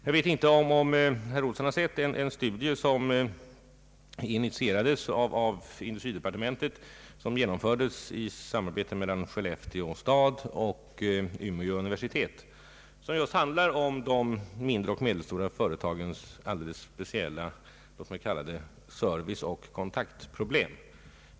Jag vet inte om herr Olsson har sett en studie, initierad av industridepartementet och genomförd i samarbete mellan Skellefteå stad och Umeå universitet, som just handlar om de mindre och medelstora företagens alldeles speciella ”serviceoch kontaktproblem”.